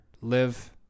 live